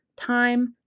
time